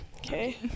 Okay